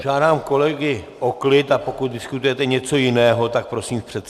Žádám kolegy o klid, a pokud diskutujete něco jiného, tak prosím v předsálí.